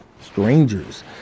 strangers